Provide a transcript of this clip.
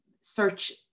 search